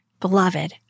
Beloved